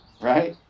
right